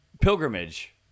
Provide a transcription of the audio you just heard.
pilgrimage